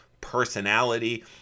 personality